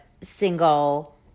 single